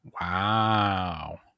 Wow